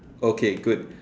okay good